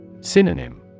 Synonym